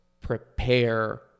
prepare